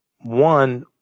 one